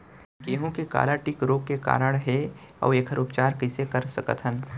गेहूँ के काला टिक रोग के कारण का हे अऊ एखर उपचार कइसे कर सकत हन?